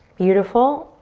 beautiful.